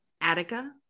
Attica